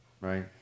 right